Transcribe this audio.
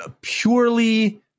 purely